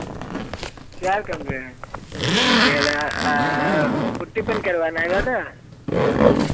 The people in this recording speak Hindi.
चार कमरे हैं तो ठीक है पुट्टी पेंट करवाना है दादा